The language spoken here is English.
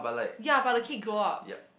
ya but the kid grow up